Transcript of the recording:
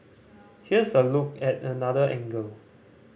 here's a look at another angle